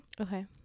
okay